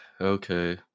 Okay